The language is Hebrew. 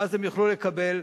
ואז הם יוכלו לקבל.